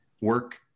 work